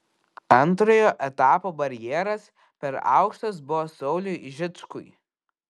antrojo etapo barjeras per aukštas buvo sauliui žičkui